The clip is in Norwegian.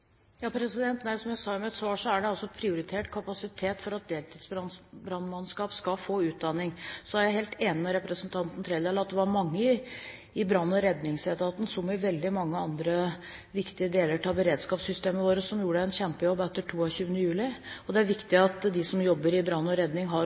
at deltidsbrannmannskap skal få utdanning. Så er jeg helt enig med representanten Trældal i at det var mange i brann- og redningsetaten, som i veldig mange andre viktige deler av beredskapssystemet vårt, som gjorde en kjempejobb etter 22. juli. Det er viktig at de som jobber med brann og redning, har